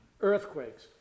earthquakes